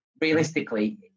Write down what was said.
realistically